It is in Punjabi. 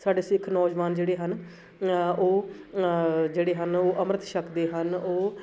ਸਾਡੇ ਸਿੱਖ ਨੌਜਵਾਨ ਜਿਹੜੇ ਹਨ ਉਹ ਜਿਹੜੇ ਹਨ ਉਹ ਅੰਮ੍ਰਿਤ ਛਕਦੇ ਹਨ ਉਹ